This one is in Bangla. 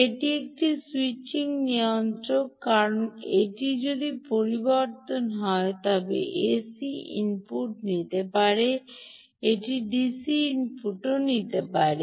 এটি একটি স্যুইচিং নিয়ন্ত্রক কারণ এটি যদি পরিবর্তন হয় এটি এসি ইনপুট নিতে পারে এটি ডিসি ইনপুটও নিতে পারে